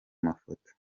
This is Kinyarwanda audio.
mafoto